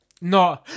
No